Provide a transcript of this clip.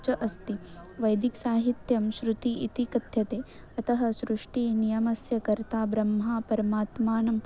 च अस्ति वैदिसाहित्यं श्रुतिः इति कथ्यते अतः सृष्टिनियमस्य कर्ता ब्रह्मा परमात्मानं